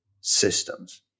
systems